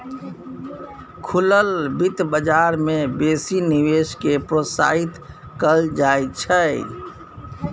खुलल बित्त बजार मे बेसी निवेश केँ प्रोत्साहित कयल जाइत छै